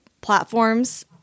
platforms